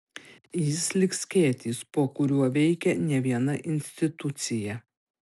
jis lyg skėtis po kuriuo veikia ne viena institucija